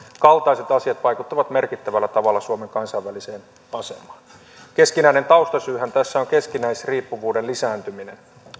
kaltaiset asiat vaikuttavat merkittävällä tavalla suomen kansainväliseen asemaan keskeinen taustasyyhän tässä on keskinäisriippuvuuden lisääntyminen